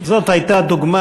זאת הייתה דוגמה,